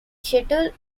settled